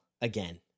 again